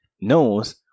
knows